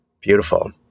Beautiful